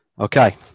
Okay